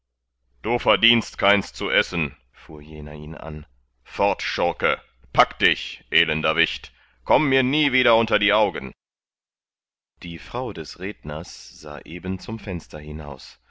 du verdienst keins zu essen fuhr jener ihn an fort schurke pack dich elender wicht komm mir nie wieder unter die augen die frau des redners sah eben zum fenster hinaus